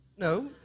No